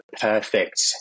perfect